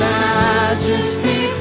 majesty